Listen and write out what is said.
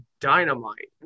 Dynamite